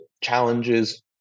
challenges